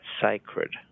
sacred